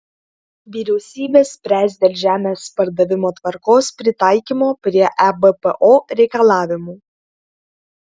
vyriausybė spręs dėl žemės pardavimo tvarkos pritaikymo prie ebpo reikalavimų